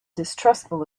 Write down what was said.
distrustful